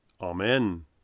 Amen